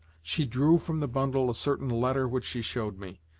she drew from the bundle a certain letter which she showed me,